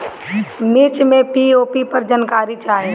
मिर्च मे पी.ओ.पी पर जानकारी चाही?